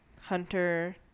hunter